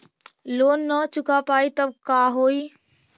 Loan न चुका पाई तब का होई?